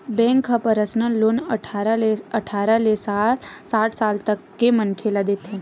bank ह personal loan अठारह ले साठ साल तक के मनखे ल देथे